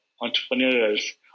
entrepreneurs